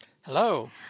Hello